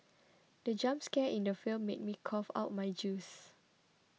the jump scare in the film made me cough out my juice